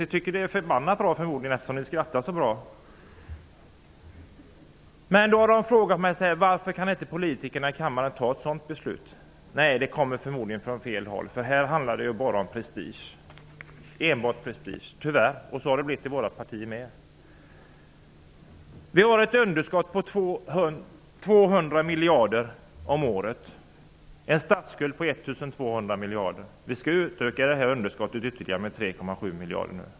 Ni måste tycka att förslaget är jättebra, eftersom ni skrattar så mycket. Då har dessa familjer undrat varför inte politikerna i riksdagen kan fatta ett sådant beslut. Förslaget kommer förmodligen från fel håll. Här handlar det ju tyvärr enbart om prestige. Så har det blivit också i vårt parti. Vi har ett budgetunderskott på 200 miljarder om året och en statsskuld på 1 200 miljarder. Nu skall detta underskott utökas med ytterligare 3,7 miljarder.